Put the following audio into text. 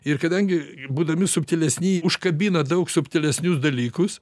ir kadangi būdami subtilesni užkabina daug subtilesnius dalykus